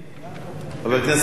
חבר הכנסת חסון?